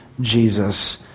Jesus